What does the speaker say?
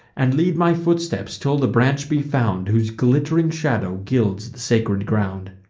and lead my footsteps, till the branch be found, whose glitt'ring shadow gilds the sacred ground.